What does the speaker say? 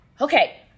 Okay